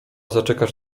zaczekać